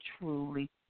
truly